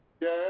Yes